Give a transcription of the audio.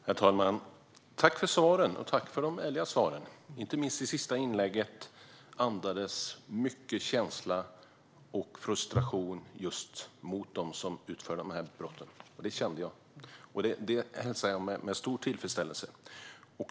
Herr talman! Jag tackar ministern för de ärliga svaren. Inte minst det senaste inlägget andades mycket känsla och frustration mot dem som utför de här brotten. Det kände jag, och det säger jag med stor tillfredsställelse.